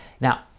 Now